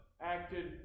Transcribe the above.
acted